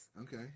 Okay